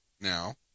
now